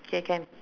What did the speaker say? K can